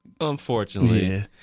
Unfortunately